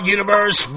Universe